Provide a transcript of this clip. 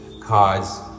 Cause